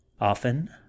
often